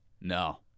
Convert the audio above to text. no